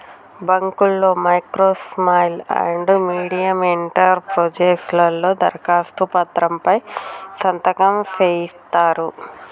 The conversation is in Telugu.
బాంకుల్లో micro small and medium enterprises లలో దరఖాస్తు పత్రం పై సంతకం సేయిత్తరు